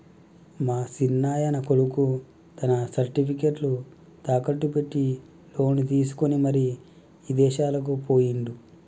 మా సిన్నాయన కొడుకు తన సర్టిఫికేట్లు తాకట్టు పెట్టి లోను తీసుకొని మరి ఇదేశాలకు పోయిండు